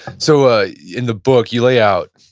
so, ah in the book, you lay out,